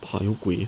怕有鬼